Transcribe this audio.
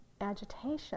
agitation